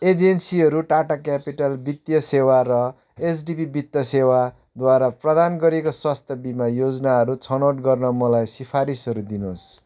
एजेन्सीहरू टाटा क्यापिटल वित्तीय सेवा र एचडिबी वित्त सेवाद्वारा प्रदान गरिएको स्वास्थ्य बिमा योजनाहरू छनौट गर्न मलाई सिफारिसहरू दिनुहोस्